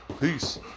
Peace